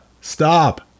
stop